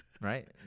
Right